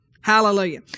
Hallelujah